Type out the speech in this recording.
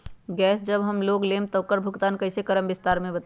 Gas जब हम लोग लेम त उकर भुगतान कइसे करम विस्तार मे बताई?